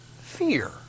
fear